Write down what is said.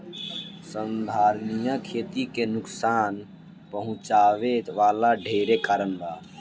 संधारनीय खेती के नुकसान पहुँचावे वाला ढेरे कारण बा